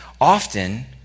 often